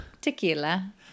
Tequila